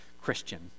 Christian